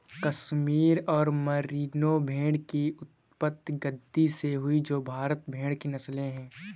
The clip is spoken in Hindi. कश्मीर और मेरिनो भेड़ की उत्पत्ति गद्दी से हुई जो भारतीय भेड़ की नस्लें है